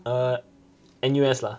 uh N_U_S lah